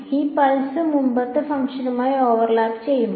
ഈ പൾസ് മുമ്പത്തെ ഫംഗ്ഷനുമായി ഓവർലാപ്പ് ചെയ്യുമോ